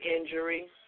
injury